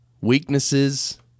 weaknesses